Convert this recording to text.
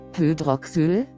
Hydroxyl